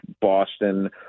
Boston